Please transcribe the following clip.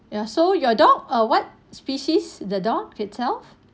ya so your dog err what species the dog itself